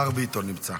השר ביטון נמצא.